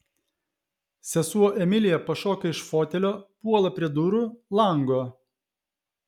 sesuo emilija pašoka iš fotelio puola prie durų lango